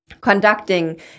conducting